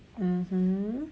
mmhmm